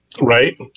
Right